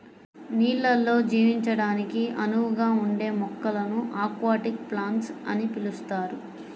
నీళ్ళల్లో జీవించడానికి అనువుగా ఉండే మొక్కలను అక్వాటిక్ ప్లాంట్స్ అని పిలుస్తారు